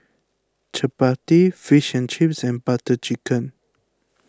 Chapati Fish and Chips and Butter Chicken